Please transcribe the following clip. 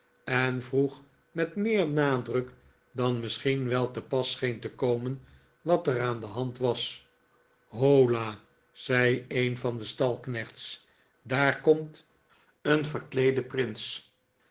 en vroeg met meer nadruk dan misschien wel te pas scheen te komen wat er aan de hand was holla zei een van de stalknechts daar komt een verkleede prins